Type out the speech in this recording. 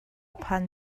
phan